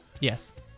Yes